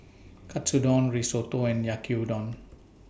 Katsudon Risotto and Yaki Udon